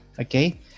okay